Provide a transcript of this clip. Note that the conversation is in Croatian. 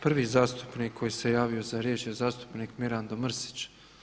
Prvi zastupnik koji se javio za riječ je zastupnik Mirando Mrsić.